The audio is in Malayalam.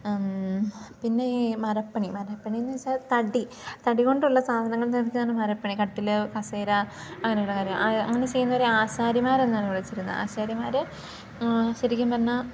പിന്നെ ഈ മരപ്പണി മരപ്പണിയെന്നു വെച്ചാൽ തടി തടി കൊണ്ടുള്ള സാധനങ്ങൾ നടക്കുകയാണ് മരപ്പണി കട്ടിൽ കസേര അങ്ങനെയുള്ള കാര്യം ആ അങ്ങനെ ചെയ്യുന്നവരെ ആശാരിമാർ എന്നാണ് വിളിച്ചിരുന്നത് ആശാരിമാർ ശരിക്കും പറഞ്ഞാൽ